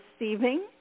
receiving